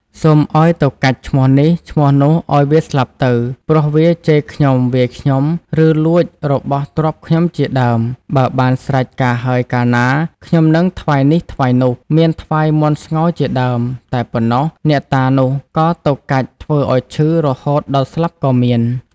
សូមឲ្យទៅកាច់ឈ្មោះនេះ ឈ្មោះនោះឲ្យវាស្លាប់ទៅ ព្រោះវាជេរខ្ញុំ-វាយខ្ញុំ ឬលួចរបស់ទ្រព្យខ្ញុំជាដើម បើបានស្រេចការហើយកាលណា ខ្ញុំនឹងថ្វាយនេះថ្វាយនោះ មានថ្វាយមាន់ស្ងោរជាដើម តែប៉ុណ្ណោះ អ្នកតានោះក៏ទៅកាច់ ធ្វើឲ្យឈឺរហូតដល់ស្លាប់ក៏មាន ។